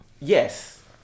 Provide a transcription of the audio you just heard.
Yes